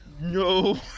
No